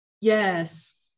yes